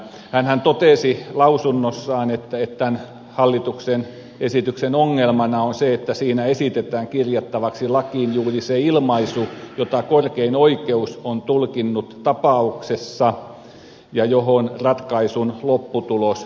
hänhän totesi lausunnossaan että tämän hallituksen esityksen ongelmana on se että siinä esitetään kirjattavaksi lakiin juuri se ilmaisu jota korkein oikeus on tulkinnut tapauksessa ja johon ratkaisun lopputulos perustui